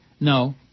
No